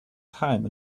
time